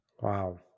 wow